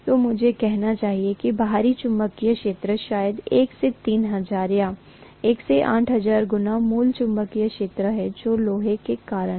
तो मुझे कहना चाहिए कि बाहरी चुंबकीय क्षेत्र शायद १ से ३००० या १ से ४००० गुना मूल चुंबकीय क्षेत्र है जो लोहे के कारण है